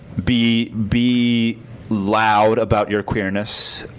be be loud about your queerness.